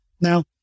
Now